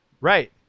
Right